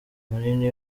munini